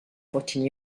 fourteen